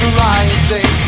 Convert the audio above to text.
rising